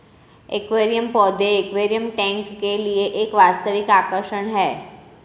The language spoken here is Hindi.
एक्वेरियम पौधे एक्वेरियम टैंक के लिए एक वास्तविक आकर्षण है